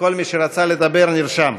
כל מי שרצה לדבר נרשם.